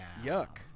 Yuck